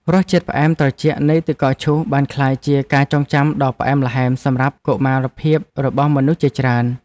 រសជាតិផ្អែមត្រជាក់នៃទឹកកកឈូសបានក្លាយជាការចងចាំដ៏ផ្អែមល្ហែមសម្រាប់កុមារភាពរបស់មនុស្សជាច្រើន។